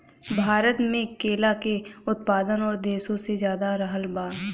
भारत मे केला के उत्पादन और देशो से ज्यादा रहल बा